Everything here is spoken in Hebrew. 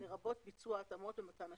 לרבות ביצוע התאמות למתן השירות.